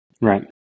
Right